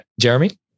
Jeremy